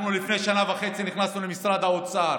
אנחנו לפני שנה וחצי נכנסנו למשרד האוצר,